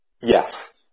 Yes